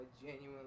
genuinely